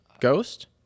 Ghost